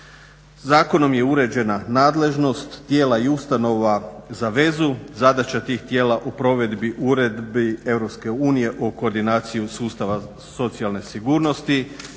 Zakonom je uređena nadležnost tijela i ustanova za vezu, zadaća tih tijela u provedbi uredbi EU o koordinaciji sustava socijalne sigurnosti,